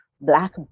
black